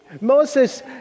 Moses